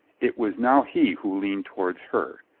it was now he who leaned towards her.